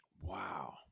Wow